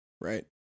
right